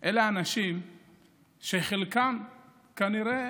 הם אנשים שחלקם כנראה